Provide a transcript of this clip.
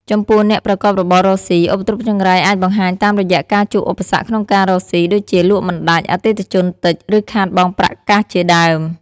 ចំពោះអ្នកប្រកបរបររកស៊ី ឧបទ្រពចង្រៃអាចបង្ហាញតាមរយៈការជួបឧបសគ្គក្នុងការរកស៊ី ដូចជាលក់មិនដាច់ អតិថិជនតិច ឬខាតបង់ប្រាក់កាសជាដើម។